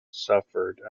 suffered